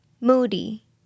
Moody